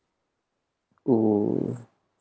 oo